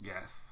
Yes